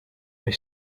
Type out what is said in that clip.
they